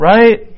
Right